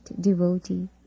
devotee